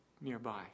nearby